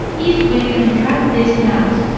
if we can crack this nut,